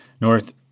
North